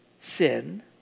sin